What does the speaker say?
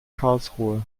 karlsruhe